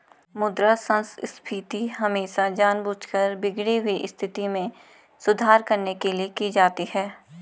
मुद्रा संस्फीति हमेशा जानबूझकर बिगड़ी हुई स्थिति में सुधार करने के लिए की जाती है